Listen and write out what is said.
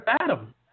Adam